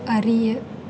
அறிய